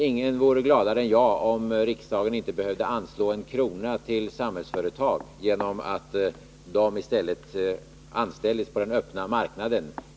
Ingen vore gladare än jag, om riksdagen inte behövde anslå en enda krona till Samhällsföretag tack vare att människorna i stället anställdes på den öppna marknaden.